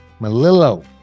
Malillo